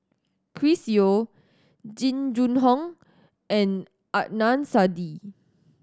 Chris Yeo Jing Jun Hong and Adnan Saidi